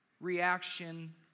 reaction